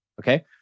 Okay